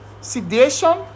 sedation